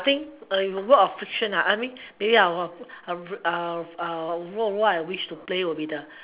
think work of fiction I mean maybe I'll I'll I'll role role I wish to play would be the